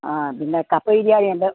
ആ പിന്നെ കപ്പ ബിരിയാണി ഉണ്ട്